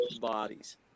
bodies